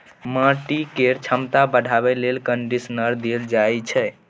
माटि केर छमता बढ़ाबे लेल कंडीशनर देल जाइ छै